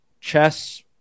chess